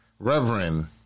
Reverend